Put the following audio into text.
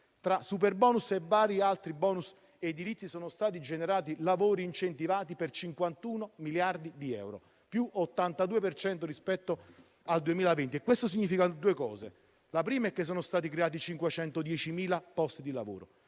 tra superbonus e vari altri *bonus* edilizi sono stati generati lavori incentivati per 51 miliardi di euro (più 82 per cento rispetto al 2020). Questo significa in primo luogo che sono stati creati 510.000 posti di lavoro